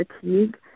Fatigue